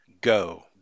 Go